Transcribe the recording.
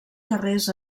carrers